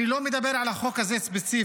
אני לא מדבר על החוק הזה ספציפית,